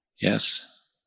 yes